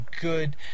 good